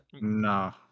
No